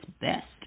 best